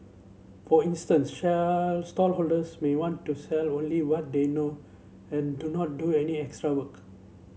for instance shall stallholders may want to sell only what they know and do not do any extra work